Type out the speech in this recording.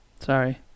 sorry